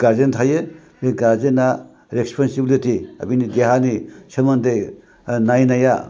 guardian थायो बे गारजेना रेसपनसिबिलिथि देहानि सोमोन्दै नायनाया